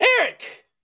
Eric